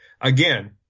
again